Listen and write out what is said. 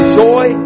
joy